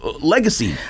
legacy